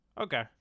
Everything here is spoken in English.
okay